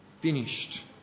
finished